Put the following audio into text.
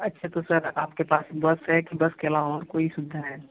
अच्छा तो सर आपके पास बस है कि बस के अलावा और कोई सुविधा है